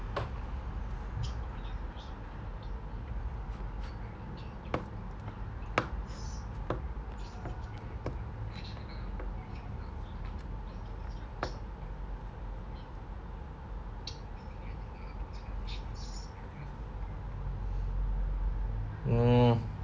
mm